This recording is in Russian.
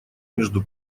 между